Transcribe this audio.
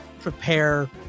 prepare